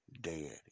dead